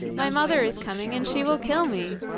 my mother is coming, and she will kill me.